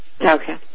Okay